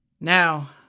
Now